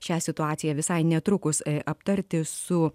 šią situaciją visai netrukus aptarti su